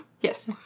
yes